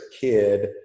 kid